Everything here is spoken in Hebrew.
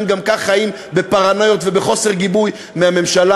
גם ככה חיים בפרנויות ובחוסר גיבוי מהממשלה.